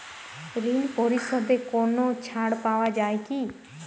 ঋণ পরিশধে কোনো ছাড় পাওয়া যায় কি?